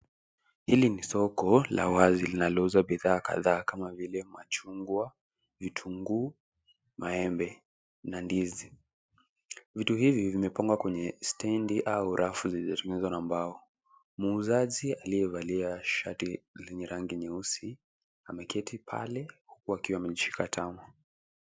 Hili ni soko la wazi linalouza bidhaa kadhaa kama vile: machungwa, vitunguu, maembe na ndizi. Vitu hivi vimepangwa kwenye stendi au rafu zilizotengezwa na mbao. Muuzaji aliyevalia shati lenye rangi nyeusi ameketi pale, huku akiwa amejishika tama.